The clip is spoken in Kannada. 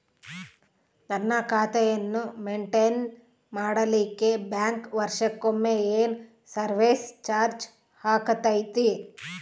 ನನ್ನ ಖಾತೆಯನ್ನು ಮೆಂಟೇನ್ ಮಾಡಿಲಿಕ್ಕೆ ಬ್ಯಾಂಕ್ ವರ್ಷಕೊಮ್ಮೆ ಏನು ಸರ್ವೇಸ್ ಚಾರ್ಜು ಹಾಕತೈತಿ?